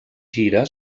gira